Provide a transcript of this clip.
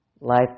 life